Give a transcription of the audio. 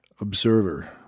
observer